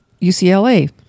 UCLA